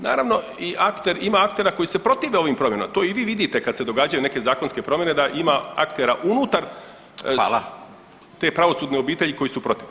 Naravno ima aktera koji se protive ovim promjenama, to i vi vidite kada se događaju neke zakonske promjene da ima aktera unutar [[Upadica Radin: Hvala.]] te pravosudne obitelji koji su protiv.